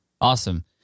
Awesome